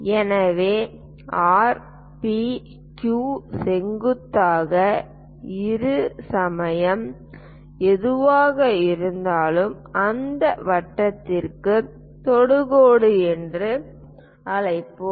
எனவே R P Q செங்குத்தாக இருசமயம் எதுவாக இருந்தாலும் அந்த வட்டத்திற்கு ஒரு தொடுகோடு என்று அழைப்போம்